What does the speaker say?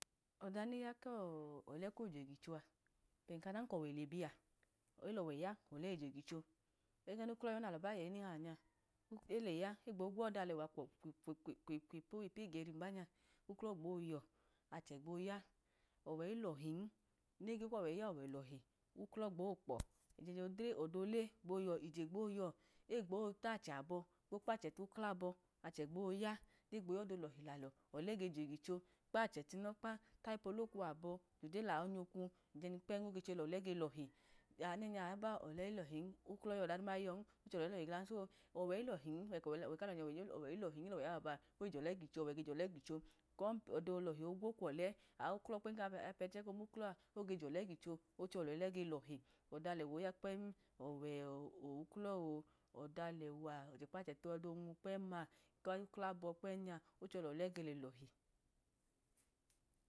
Ọda neyi ya kọlẹ koje giho a, ọda kọwẹ le biya eloglaya, olẹ iye giho, ẹgẹ nuklọ iyọn nalọ bayi yẹ eruhawu nya, elaya egbo gwọda alẹwa kwikwikwipu igeli baba nya wklọ gbo yọ ache gbo ya, i ọwe ildun, nekwọwẹ ya nọwẹ le lohi iklọ gbo kpọ, ejejiodre, odre gbo yọ egbo tachẹ abọ, gbo kpachẹ tuklọ abọ achẹ gbo ya, yọda olọhi lalọ ole geje giho kpachẹ tunọkpa, tayipe olokwu abọ ge lawo nyọkwu, kpẹm ge chelọlẹ ge lọhi uklọ iyọ oda duma iyọ oche lọlẹ ilohi glan so, ọwẹ ilohin, ben kọwẹ kalọ nya ọwẹ ilọhi oge jọlẹ gicho, ọdọ lohi ogwo kwọlẹ oya kampẹnẹnchẹ ke nuelọa, oge jọlẹ gochi, oge che lọlẹ ge lohi, ọda alẹwa oya kpem, ọwẹ uklọ oh ọda alẹwa ọda okpache tọ odo nwu kpẹm-ma memlukhoabọ kpẹm nya ochẹ lọlẹ ge lo̱hi.